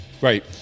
Right